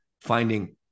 finding